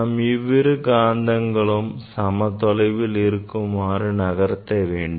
நாம் இவ்விரு காந்தங்களும் சம தொலைவில் இருக்குமாறு நகர்த்த வேண்டும்